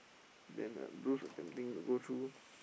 then the Brugge attempting to go through